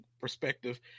perspective